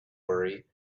worry